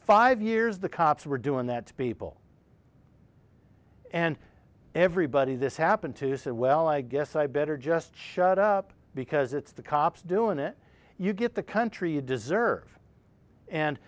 five years the cops were doing that to people and everybody this happened to said well i guess i better just shut up because it's the cops doing it you get the country you deserve and